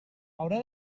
haurà